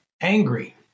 angry